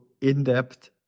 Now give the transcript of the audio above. in-depth